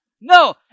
No